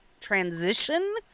transition